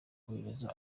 kohereza